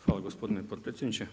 Hvala gospodine potpredsjedniče.